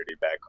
back